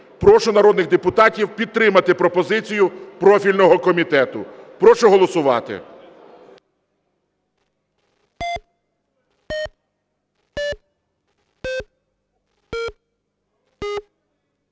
Прошу народних депутатів підтримати пропозицію профільного комітету. Прошу голосувати.